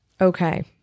Okay